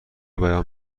بیان